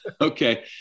Okay